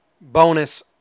bonus